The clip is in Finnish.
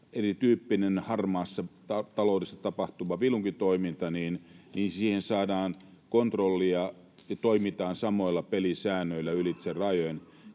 erityyppiseen harmaassa taloudessa tapahtuvaan vilunkitoimintaan saadaan kontrollia ja toimitaan samoilla pelisäännöillä ylitse rajojen.